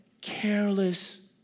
Careless